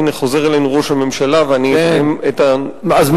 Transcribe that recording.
הנה, חוזר אלינו ראש הממשלה ואני אסיים את הנושא